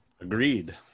agreed